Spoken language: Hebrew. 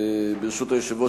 ברשות היושב-ראש,